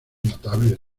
notables